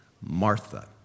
Martha